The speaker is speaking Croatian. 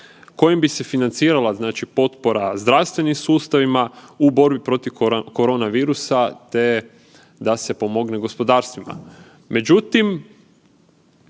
kojim bi se financirala znači potpora zdravstvenim sustavima u borbi protiv korona virusa te da se pomogne gospodarstvima.